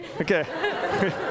Okay